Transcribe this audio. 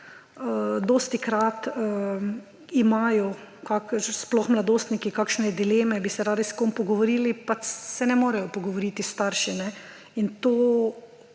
dostikrat imajo, sploh mladostniki, kakšne dileme, bi se radi s kom pogovorili, pač se ne morejo pogovoriti s starši, in to